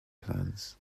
plans